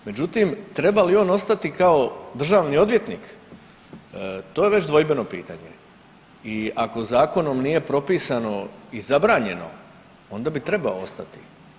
Međutim, treba li on ostati kao državni odvjetnik, to je već dvojbeno pitanje i ako zakonom nije propisano i zabranjeno onda bi trebao ostati.